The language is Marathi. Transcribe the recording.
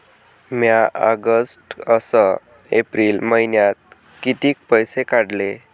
म्या ऑगस्ट अस एप्रिल मइन्यात कितीक पैसे काढले?